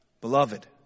Beloved